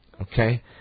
okay